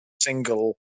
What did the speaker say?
single